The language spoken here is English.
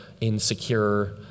insecure